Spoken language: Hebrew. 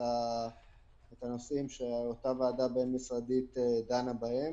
הנושאים שאותה ועדה בין-משרדית דנה בהם.